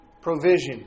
provision